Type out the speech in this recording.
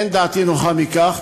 אין דעתי נוחה מכך,